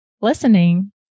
listening